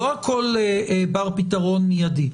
לא הכול בר פתרון מיידי.